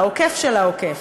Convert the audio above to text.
העוקף של העוקף,